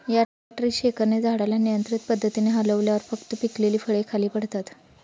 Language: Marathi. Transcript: या ट्री शेकरने झाडाला नियंत्रित पद्धतीने हलवल्यावर फक्त पिकलेली फळे खाली पडतात